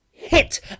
Hit